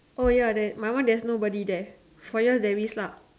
oh ya my one there's nobody there for yours there is lah